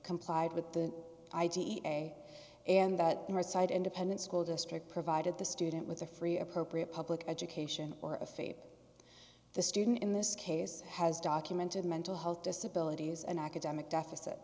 complied with the id a and that her side independent school district provided the student with a free appropriate public education or a favor the student in this case has documented mental health disability and academic deficit